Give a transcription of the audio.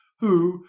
who,